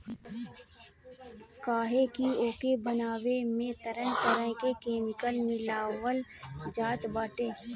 काहे की ओके बनावे में तरह तरह के केमिकल मिलावल जात बाटे